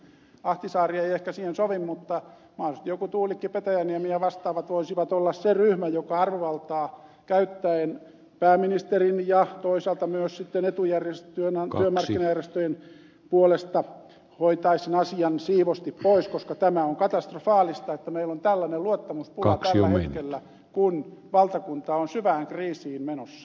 ahtisaari ei ehkä siihen sovi mutta mahdollisesti joku tuulikki petäjäniemi ja vastaavat voisivat olla se ryhmä joka arvovaltaa käyttäen pääministerin ja toisaalta myös sitten työmarkkinajärjestöjen puolesta hoitaisi sen asian siivosti pois koska tämä on katastrofaalista että meillä on tällainen luottamuspula tällä hetkellä kun valtakunta on syvään kriisiin menossa